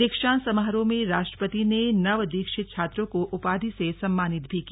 दीक्षांत समारोह में राष्ट्रपति ने नव दीक्षित छात्रों को उपाधि से सम्मानित भी किया